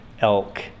elk